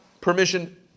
permission